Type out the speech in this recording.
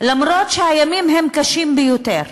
גם אם הימים הם קשים ביותר,